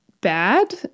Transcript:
bad